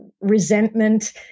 resentment